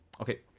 okay